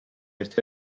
ერთ